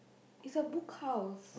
is a Book House